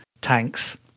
tanks